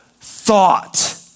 thought